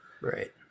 Right